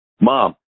Mom